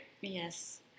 Yes